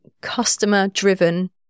customer-driven